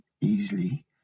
easily